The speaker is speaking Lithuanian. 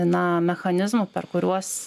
na mechanizmų per kuriuos